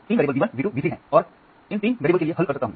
तीन चर V1 V2 V3 हैं और मैं इन तीन चरों के लिए हल कर सकता हूं